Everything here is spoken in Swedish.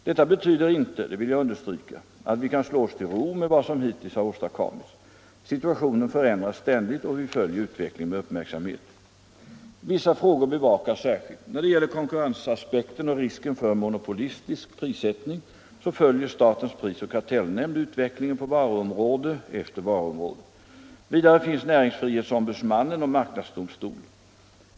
Detta betyder inte — det vill jag understryka — att vi kan slå oss till ro med vad som hittills har åstadkommits. Situationen förändras ständigt och vi följer utvecklingen med uppmärksamhet. Vissa frågor bevakas särskilt. När det gäller konkurrensaspekten och risken för monopolistisk prissättning följer statens prisoch kartellnämnd utvecklingen på varuområde efter varuområde. Vidare finns näringsfrihetsombudsmannen och marknadsdomstolen.